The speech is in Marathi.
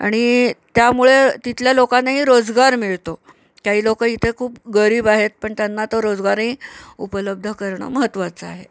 आणि त्यामुळे तिथल्या लोकांनाही रोजगार मिळतो काही लोक इथे खूप गरीब आहेत पण त्यांना तो रोजगारही उपलब्ध करणं महत्त्वाचं आहे